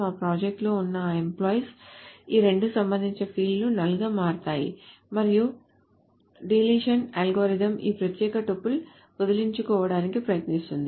ఆ ప్రాజెక్ట్లో ఉన్న ఎంప్లాయ్ ఈ రెండు సంబంధిత ఫీల్డ్లు నల్ గా మారతాయి మరియు డిలీషన్ అల్గోరిథం ఈ ప్రత్యేక టపుల్ వదిలించుకోవడానికి ప్రయత్నిస్తుంది